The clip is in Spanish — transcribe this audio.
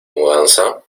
mudanza